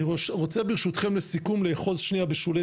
אני רוצה ברשותכם לסיכום לאחוז שניה בשולי